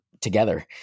together